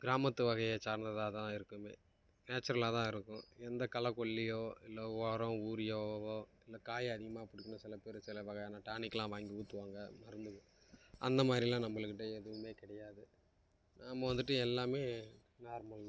கிராமத்து வகையை சார்ந்ததாக தான் இருக்கும் நேச்சுரலாக தான் இருக்கும் எந்த களைக்கொல்லியோ இல்லை உரம் யூரியா அந்த காய அதிகமாக கொடுக்குன்னு சில பேர் சில வகையான டானிக்லாம் வாங்கி ஊத்துவாங்க மருந்து அந்தமாதிரிலாம் நம்மகிட்ட எதுவும் கிடையாது நம்ம வந்துட்டு எல்லாம் நார்மல் தான்